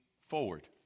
forward